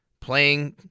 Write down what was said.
playing